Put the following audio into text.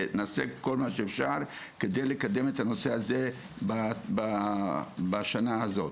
ונעשה את כל מה שאפשר כדי לקדם את הנושא הזה בשנה הזאת,